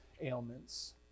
ailments